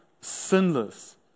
sinless